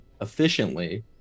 efficiently